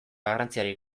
garrantziarik